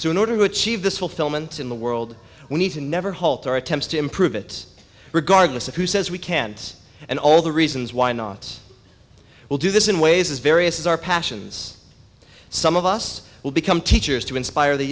so in order to achieve this fulfillment in the world we need to never halt our attempts to improve it regardless of who says we can't and all the reasons why not will do this in ways is various our passions some of us will become teachers to inspire the